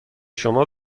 شما